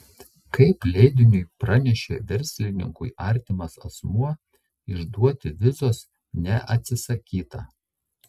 kaip leidiniui pranešė verslininkui artimas asmuo išduoti vizos neatsisakyta